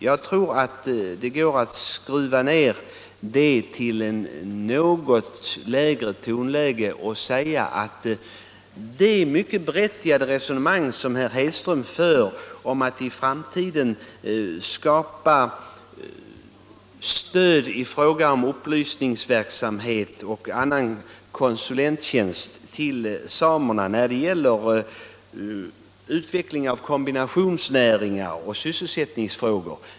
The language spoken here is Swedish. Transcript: Jag tror att det går att skruva ner tonläget något och säga att det är ett mycket berättigat resonemang som herr Hedström för om upplysnings och annan konsulentverksamhet till samernas tjänst i sysselsättningsfrågor, t.ex. när det gäller utveckling av kombinationsnäringar.